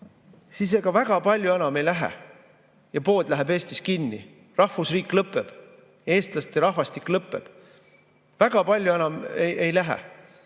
siis ega väga palju enam ei lähe, kui pood läheb Eestis kinni, rahvusriik lõpeb, eestlaste rahvastik lõpeb. Väga palju enam ei lähe! Nii